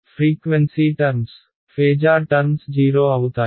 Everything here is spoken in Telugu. ఫ్రీక్వెన్సీ టర్మ్స్ ఫేజార్ టర్మ్స్ 0 అవుతాయి